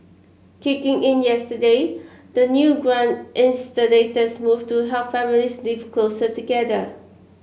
kicking in yesterday the new grant is the latest move to help families live closer together